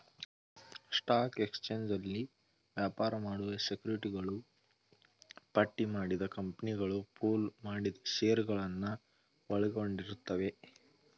stock ಎಕ್ಸ್ಚೇಂಜ್ನಲ್ಲಿ ವ್ಯಾಪಾರ ಮಾಡುವ ಸೆಕ್ಯುರಿಟಿಗಳು ಪಟ್ಟಿಮಾಡಿದ ಕಂಪನಿಗಳು ಪೂಲ್ ಮಾಡಿದ ಶೇರುಗಳನ್ನ ಒಳಗೊಂಡಿರುತ್ತವೆ